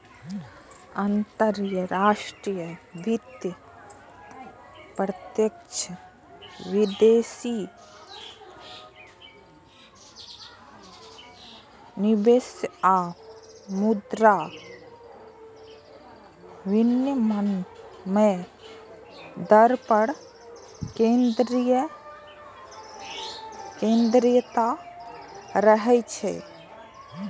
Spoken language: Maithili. अंतरराष्ट्रीय वित्त प्रत्यक्ष विदेशी निवेश आ मुद्रा विनिमय दर पर केंद्रित रहै छै